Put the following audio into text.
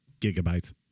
Gigabytes